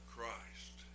Christ